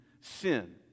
sin